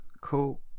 Cool